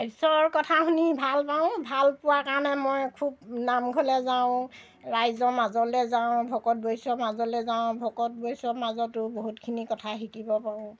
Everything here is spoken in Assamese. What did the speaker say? ঈশ্ৱৰৰ কথা শুনি ভাল পাওঁ ভাল পোৱাৰ কাৰণে মই খুব নামঘৰলৈ যাওঁ ৰাইজৰ মাজলৈ যাওঁ ভকত বৈশ্যৰ মাজলৈ যাওঁ ভকত বৈশ্যৰ মাজতো বহুতখিনি কথা শিকিব পাৰোঁ